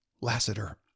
Lassiter